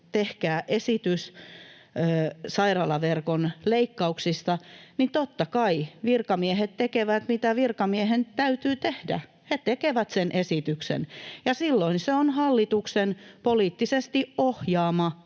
tehkää esitys sairaalaverkon leikkauksista, niin totta kai virkamiehet tekevät, mitä virkamiehen täytyy tehdä: he tekevät sen esityksen. Ja silloin se on hallituksen poliittisesti ohjaama